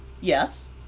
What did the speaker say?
Yes